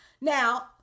Now